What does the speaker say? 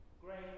Great